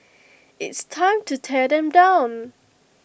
it's time to tear them down